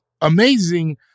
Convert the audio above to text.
amazing